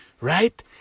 right